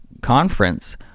conference